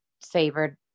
savored